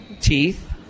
Teeth